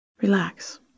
Relax